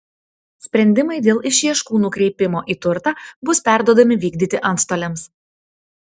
sprendimai dėl išieškų nukreipimo į turtą bus perduodami vykdyti antstoliams